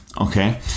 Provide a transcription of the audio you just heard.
Okay